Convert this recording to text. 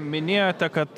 minėjote kad